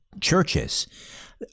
churches